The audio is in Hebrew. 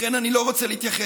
לכן אני לא רוצה להתייחס,